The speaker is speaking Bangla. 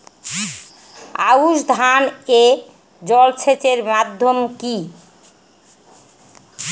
আউশ ধান এ জলসেচের মাধ্যম কি?